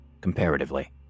comparatively